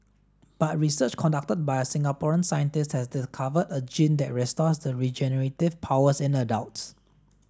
but research conducted by a Singaporean scientist has discovered a gene that restores the regenerative powers in adults